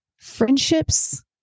friendships